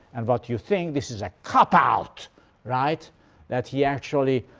and what you think this is a cop-out right that he actually